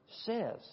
says